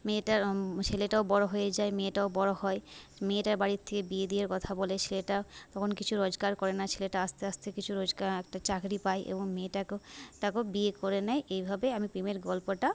মেয়েটা ছেলেটাও বড় হয়ে যায় মেয়েটাও বড় হয় মেয়েটার বাড়ির থেকে বিয়ে দিয়ার কথা বলে ছেলেটাও তখন কিছু রোজগার করে না ছেলেটা আস্তে আস্তে কিছু রোজগার একটা চাকরি পায় এবং মেয়েটাকেও তাকেও বিয়ে করে নেয় এইভাবে আমি প্রেমের গল্পটা